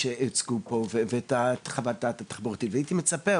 שהוצגו פה וגם לא לחוות הדעת התחבורתית והייתי מצפה,